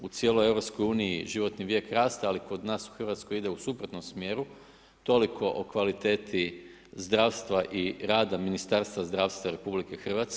U cijeloj EU životni vijek raste, ali kod nas u Hrvatskoj ide u suprotnom smjeru, toliko o kvaliteti zdravstva i rada Ministarstva zdravstva RH.